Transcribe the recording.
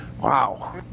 wow